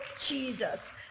jesus